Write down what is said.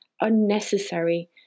unnecessary